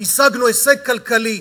הישגנו הישג כלכלי?